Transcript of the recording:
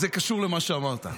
זה קשור למה שאמרת,